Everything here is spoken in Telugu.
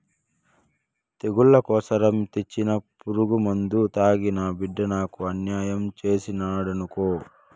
తెగుళ్ల కోసరం తెచ్చిన పురుగుమందు తాగి నా బిడ్డ నాకు అన్యాయం చేసినాడనుకో